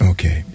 Okay